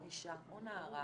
אישה או נערה